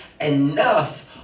enough